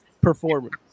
performance